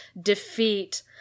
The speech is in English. defeat